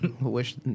Wish